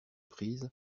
prise